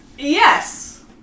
Yes